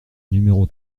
numéro